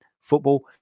Football